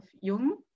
Jung